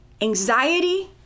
anxiety